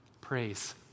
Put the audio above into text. Praise